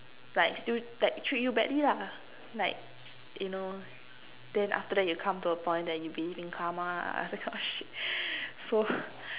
like still treat you badly lah like you know then after that you come to a point that you believe in Karma that kind of shit so